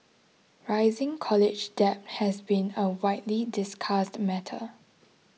rising college debt has been a widely discussed matter